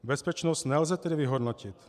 Bezpečnost nelze tedy vyhodnotit.